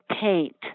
paint